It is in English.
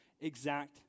exact